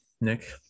Nick